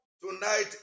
Tonight